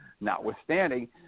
notwithstanding